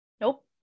nope